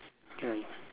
K